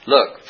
Look